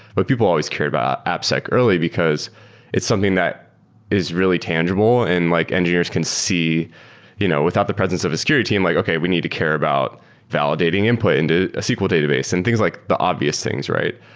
but people always cared about appsec early, because it's something that is really tangible and like engineers can see you know without the presence of a security team like, okay, we need to care about validating input into a sql database, and things like the obvious things, right?